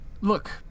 Look